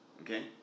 Okay